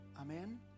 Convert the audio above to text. Amen